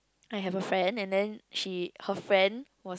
I have a friend and then she her friend was